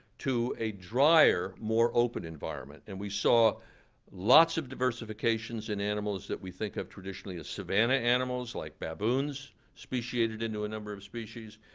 to a dryer, more open environment. and we saw lots of diversifications in animals that we think of traditionally as savanna animals, like baboons speciated into a number of species.